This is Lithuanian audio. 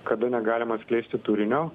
kada negalima atskleisti turinio